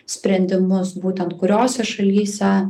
sprendimus būtent kuriose šalyse